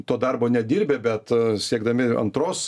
to darbo nedirbę bet siekdami antros